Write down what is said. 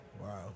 Wow